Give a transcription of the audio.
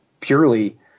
purely